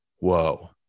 whoa